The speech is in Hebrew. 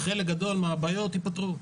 חלק גדול מהבעיות ייפתרו,